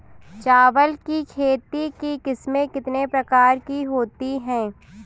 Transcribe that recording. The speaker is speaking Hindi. चावल की खेती की किस्में कितने प्रकार की होती हैं?